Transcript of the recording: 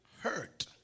Hurt